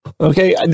Okay